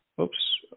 Oops